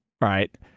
right